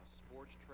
sports